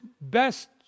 best